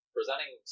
Presenting